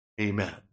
Amen